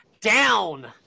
down